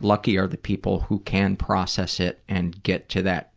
lucky are the people who can process it and get to that